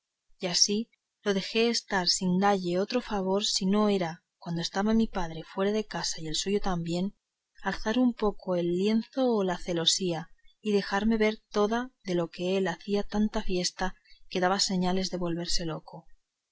y así lo dejé estar sin dalle otro favor si no era cuando estaba mi padre fuera de casa y el suyo también alzar un poco el lienzo o la celosía y dejarme ver toda de lo que él hacía tanta fiesta que daba señales de volverse loco